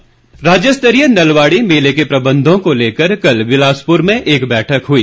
नलवाड़ी मेला राज्यस्तरीय नलवाड़ी मेले के प्रबंधों को लेकर कल बिलासपुर में एक बैठक हुई